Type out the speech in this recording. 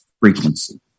frequency